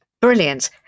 Brilliant